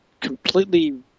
completely